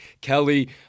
Kelly